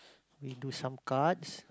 we do some cards